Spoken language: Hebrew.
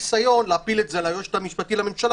הניסיון הזה להפיל את זה על היועץ המשפטי לממשלה,